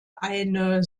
eine